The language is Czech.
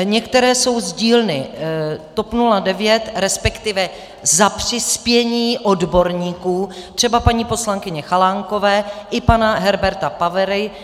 Některé jsou z dílny TOP 09, resp. za přispění odborníků, třeba paní poslankyně Chalánkové i pana Herberta Pavery.